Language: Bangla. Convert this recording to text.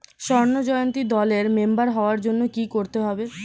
স্বর্ণ জয়ন্তী দলের মেম্বার হওয়ার জন্য কি করতে হবে?